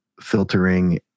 filtering